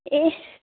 ए